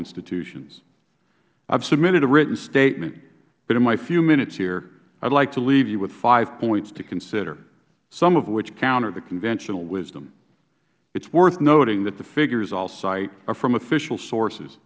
institutions i have submitted a written statement but in my few minutes here i would like to leave you with five points to consider some of which counter the conventional wisdom it is worth nothing that the figures i will cite are from official sources